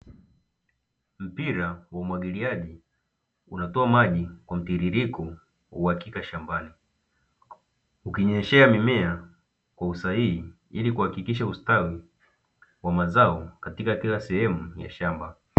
Mpira wa umwagiliaji unatoa maji kwa mtiririko uhakika shambani, ukinyeshea mimea kwa usahihi ili kuhakikisha ustawi wa mazao katika kila sehemu ya shamba.